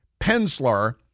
Penslar